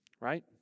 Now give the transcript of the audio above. right